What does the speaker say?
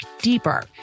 deeper